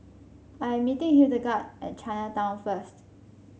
I am meeting Hildegard at Chinatown first